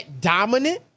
dominant